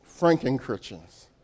Franken-Christians